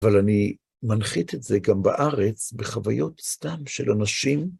אבל אני מנחית את זה גם בארץ, בחוויות סתם של אנשים.